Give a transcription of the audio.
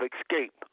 escape